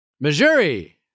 Missouri